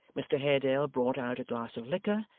mr haredale brought out a glass of liquor,